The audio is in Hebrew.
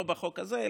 לא בחוק הזה,